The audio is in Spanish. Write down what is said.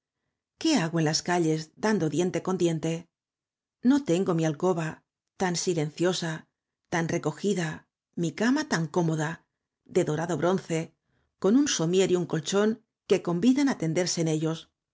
qué hago en las calles dando diente con diente no tengo mi alcoba tan sii lenciosa tan recogida mi cama tan cómoda de dorado bronce con un sommier y un colchón que convidan á tenderse en ellos